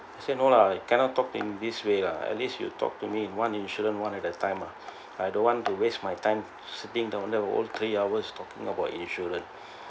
I say no lah you cannot talk in this way lah at least you talk to me in one insurance one at a time lah I don't want to waste my time sitting down all three hours talking about insurance